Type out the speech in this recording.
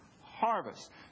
harvest